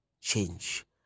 change